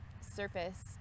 surface